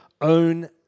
own